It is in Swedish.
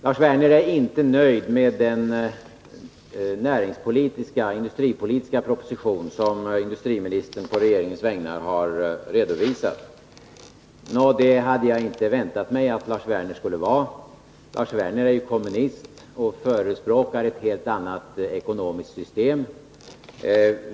Lars Werner är inte nöjd med den industripolitiska proposition som industriministern på regeringens vägnar har redovisat. Nå, det hade jag inte väntat mig att Lars Werner skulle vara. Lars Werner är ju kommunist och förespråkar ett helt annat ekonomiskt system.